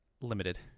limited